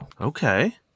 Okay